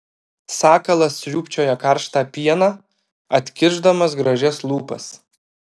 sakalas sriūbčioja karštą pieną atkišdamas gražias lūpas